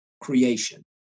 creation